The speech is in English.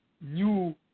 new